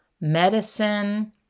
medicine